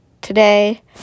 today